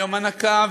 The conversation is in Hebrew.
ויום הנקה,